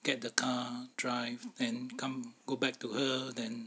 get the car drive and come go back to her than